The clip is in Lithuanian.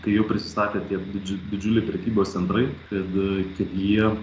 kai jau prisistatė tiek didž didžiuliai prekybos centrai kad kad jie